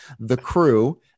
thecrew